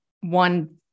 one